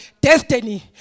destiny